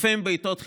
בעיתות חירום,